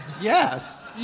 Yes